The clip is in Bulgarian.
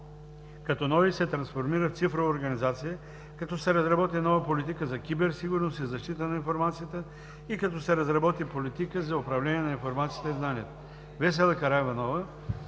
институт се трансформира в цифрова организация, като се разработи нова политика за киберсигурност и защита на информацията и като се разработи политика за управление на информацията и знанието. Весела Караиванова